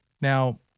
now